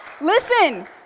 listen